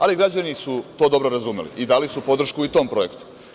Ali, građani su to dobro razumeli i dali su podršku i tom projektu.